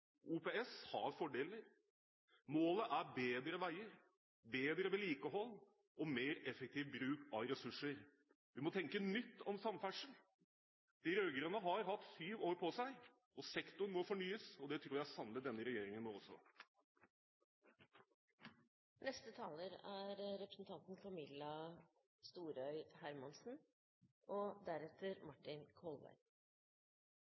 OPS har fordeler. Målet er bedre veier, bedre vedlikehold og mer effektiv bruk av ressurser. Vi må tenke nytt om samferdsel. De rød-grønne har hatt syv år på seg. Sektoren må fornyes, og det tror jeg sannelig denne regjeringen må også. På den store lærardagen kan dette passe. Læraren er